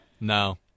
No